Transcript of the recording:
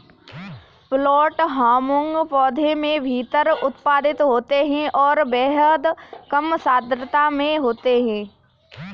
plant hormone पौधों के भीतर उत्पादित होते हैंऔर बेहद कम सांद्रता में होते हैं